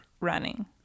running